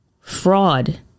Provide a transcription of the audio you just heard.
fraud